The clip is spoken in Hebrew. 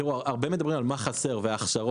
תיראו, הרבה מדברים על מה חסר, והכשרות.